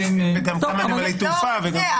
גם כמה נמלי תעופה וגם --- לא רק זה,